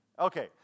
Okay